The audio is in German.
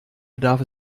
bedarf